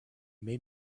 made